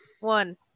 One